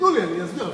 ייתנו לי, אני אסביר.